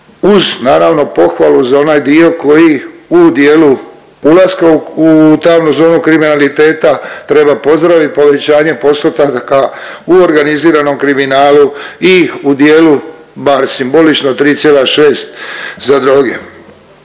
uz naravno pohvalu za onaj dio koji u dijelu ulaska u tamnu zonu kriminaliteta treba pozdravit povećanje postotaka u organiziranom kriminalu i u dijelu, bar simbolično 3,6 za droge.